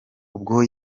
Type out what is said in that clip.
ubwo